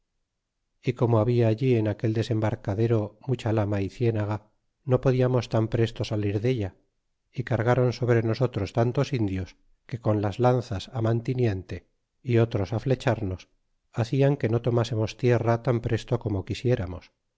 y como habia allí en aquel desembarcadero mucha lama y cienega no podiamos tan presto salir della y cargron sobre nosotros tantos indios que con las lanzas mantiniente y otros á flechamos hacian que no tomásemos tierra tan presto como quisiéramos